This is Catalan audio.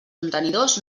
contenidors